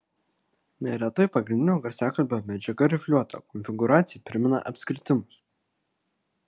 neretai pagrindinio garsiakalbio medžiaga rifliuota konfigūracija primena apskritimus